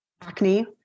acne